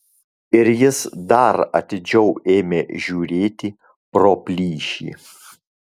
ir jis dar atidžiau ėmė žiūrėti pro plyšį